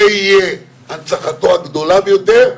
זה יהיה הנצחתו הגדולה ביותר,